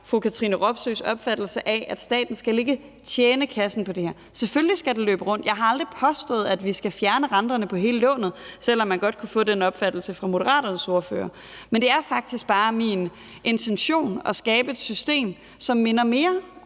fru Katrine Robsøes opfattelse af, at staten ikke skal tjene kassen på det her. Selvfølgelig skal det løbe rundt. Jeg har aldrig påstået, at vi skal fjerne renterne på hele lånet, selv om man godt kunne få den opfattelse fra Moderaternes ordfører. Det er faktisk bare min intention at skabe et system, som stemmer mere